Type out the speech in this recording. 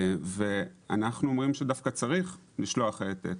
אנחנו אומרים שדווקא צריך לשלוח העתק.